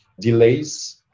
delays